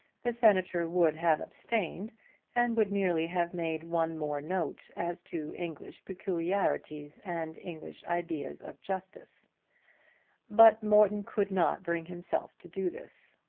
the senator would have abstained and would merely have made one more note as to english peculiarities and english ideas of justice but morton could not bring himself to do this.